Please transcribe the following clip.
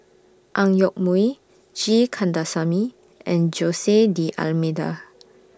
Ang Yoke Mooi G Kandasamy and Jose D'almeida